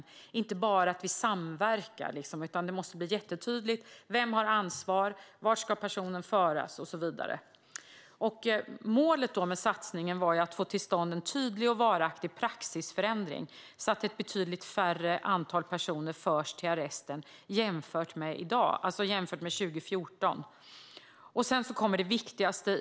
Det handlar inte bara om att samverka, utan det måste bli jättetydligt vem som har ansvar, vart personen ska föras och så vidare. Målet med satsningen var ju att få till stånd en tydlig och varaktig praxisförändring så att ett betydligt mindre antal personer förs till arresten jämfört med 2014.